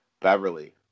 Beverly